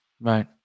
Right